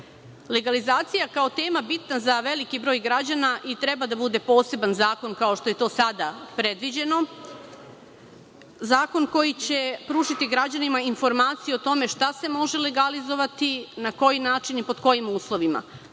počne. Legalizacija kao tema bitna je za veliki broj građana i treba da bude poseban zakon, kao što je to sada predviđeno, zakon koji će pružiti građanima informaciju o tome šta se može legalizovati, na koji način i pod kojim uslovima.